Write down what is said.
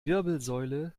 wirbelsäule